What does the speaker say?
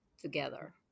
together